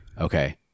Okay